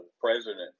president